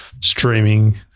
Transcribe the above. streaming